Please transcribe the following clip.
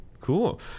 Cool